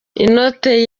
inote